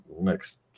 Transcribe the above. next